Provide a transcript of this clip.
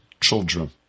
children